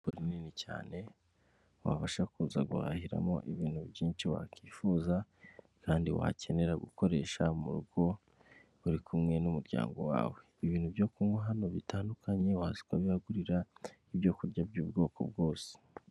Iduka rinini cyane wabasha kuza guhahiramo ibintu byinshi wakwifuza kandi wakenera gukoresha mu rugo uri kumwe n'umuryango wawe, ibintu byo kunywa hano bitandukanye waza ukabihagurira n'ibyo kurya by'ubwoko bwose.